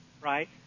right